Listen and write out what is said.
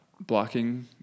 blocking